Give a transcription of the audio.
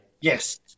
yes